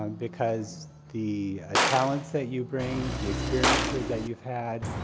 um because the ah talents that you bring, the experiences that you've had,